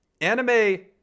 anime